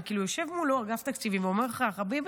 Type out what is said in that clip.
אבל יושב מולו אגף תקציבים ואומר: חביבי,